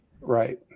Right